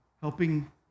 helping